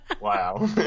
Wow